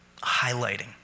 highlighting